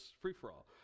free-for-all